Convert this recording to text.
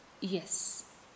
Yes